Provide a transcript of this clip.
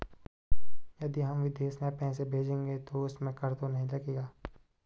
यदि हम विदेश में पैसे भेजेंगे तो उसमें कर तो नहीं लगेगा?